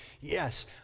yes